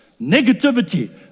negativity